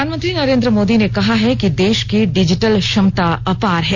प्रधानमंत्री नरेंद्र मोदी ने कहा है कि देश की डिजिटल क्षमता अपार है